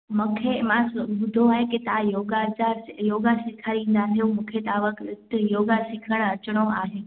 मूंखे मां ॿुधो आहे तव्हां योगा जा योगा सेखारींदा आहियो मूंखे तव्हां वटि योगा सिखण अचणो आहे